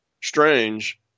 strange